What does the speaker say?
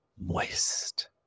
moist